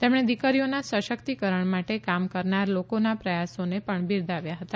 તેમણે દીકરીઓના સશક્તિકરણ માટે કામ કરનાર લોકોના પ્રયાસોને પણ બિરદાવ્યા હતા